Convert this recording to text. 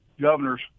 governor's